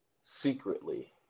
secretly